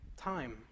time